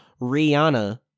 Rihanna